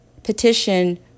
Petition